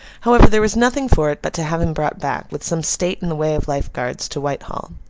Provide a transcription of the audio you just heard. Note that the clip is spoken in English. however, there was nothing for it but to have him brought back, with some state in the way of life guards, to whitehall.